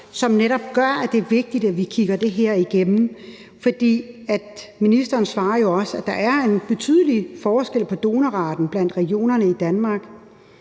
som netop gør, at det er vigtigt, at vi kigger det her igennem. Ministeren svarer, at der er en betydelig forskel på donorraten blandt regionerne i Danmark,